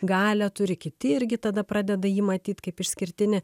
galią turi kiti irgi tada pradeda jį matyt kaip išskirtinį